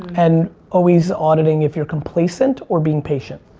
and always auditing if you're complacent or being patient.